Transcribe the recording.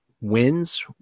wins